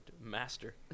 master